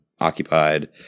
occupied